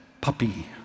puppy